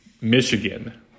Michigan